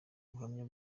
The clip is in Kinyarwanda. ubuhamya